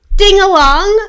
ding-along